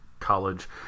college